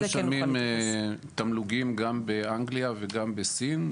אנחנו משלמים תמלוגים גם באנגליה וגם בסין,